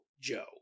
Joe